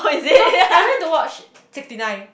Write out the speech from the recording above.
so I went to watch sixty nine